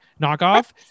knockoff